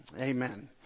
Amen